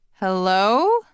Hello